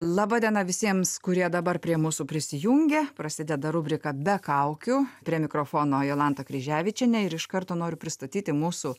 laba diena visiems kurie dabar prie mūsų prisijungė prasideda rubrika be kaukių prie mikrofono jolanta kryževičienė ir iš karto noriu pristatyti mūsų